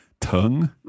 tongue